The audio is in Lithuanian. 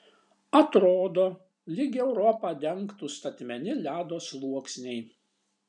atrodo lyg europą dengtų statmeni ledo sluoksniai